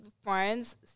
Friends